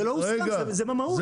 זה לא הוסכם זה במהות.